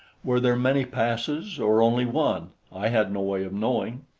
were there many passes or only one? i had no way of knowing.